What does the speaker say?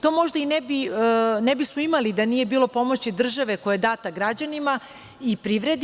To možda i ne bismo imali da nije bilo pomoći države koja je data građanima i privredi.